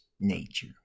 nature